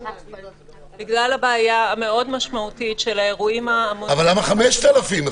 בגלל הבעיה המאוד משמעותית של האירועים- -- אז למה 5,000?